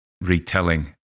retelling